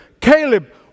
Caleb